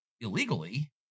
illegally